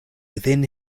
within